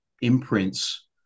imprints